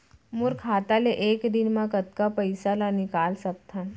मोर खाता ले एक दिन म कतका पइसा ल निकल सकथन?